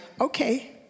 okay